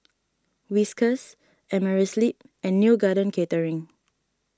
Whiskas Amerisleep and Neo Garden Catering